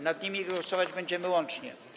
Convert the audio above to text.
Nad nimi głosować będziemy łącznie.